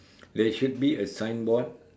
there should be a sign board